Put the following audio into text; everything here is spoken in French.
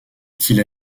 qu’il